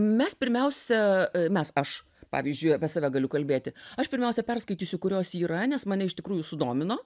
mes pirmiausia mes aš pavyzdžiui apie save galiu kalbėti aš pirmiausia perskaitysiu kurios yra nes mane iš tikrųjų sudomino